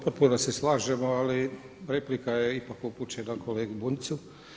Potpuno se slažemo ali replika je ipak upućena kolegi Bunjcu.